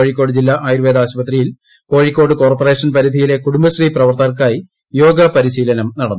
കോഴിക്കോട് ജില്ലാ ആയുർവ്വേദ ആശുപത്രിയിൽ കോഴിക്കോട് കോർപ്പറേഷൻ പരിധിയിലെ കുടുംബശ്രീ പ്രവർത്തകർക്കായി യോഗ പരിശീലനം നടന്നു